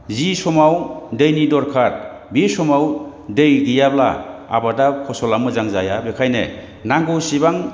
जाय समाव दैनि दरखार बे समाव दै गैयाब्ला आबादा फसला मोजां जाया बेनिखायनो नांगौसेबां